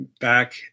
back